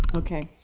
okay?